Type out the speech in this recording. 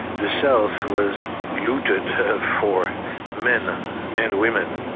the south was looted for men and women,